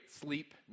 sleep